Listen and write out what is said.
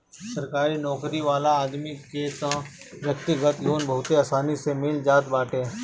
सरकारी नोकरी वाला आदमी के तअ व्यक्तिगत लोन बहुते आसानी से मिल जात बाटे